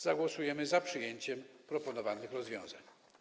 Zagłosujemy za przyjęciem proponowanych rozwiązań.